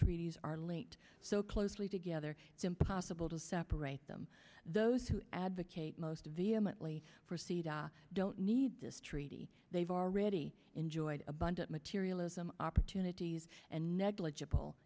treaties are linked so closely together it's impossible to separate them those who advocate most vehemently for sita don't need this treaty they've already enjoyed abundant materialism opportunities and negligible